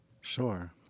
Sure